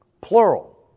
Plural